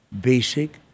basic